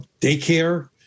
daycare